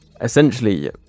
essentially